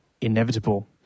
inevitable